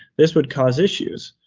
this would cause issues.